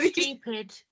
stupid